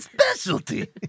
specialty